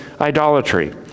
idolatry